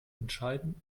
entscheidend